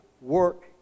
work